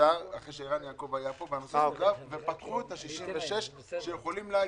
סודר אחרי שערן יעקב היה פה ופתחו את ה-66 שיכולים להגיש,